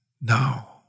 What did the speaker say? Now